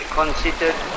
considered